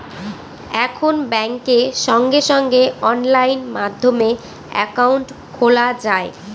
এখন ব্যাঙ্কে সঙ্গে সঙ্গে অনলাইন মাধ্যমে একাউন্ট খোলা যায়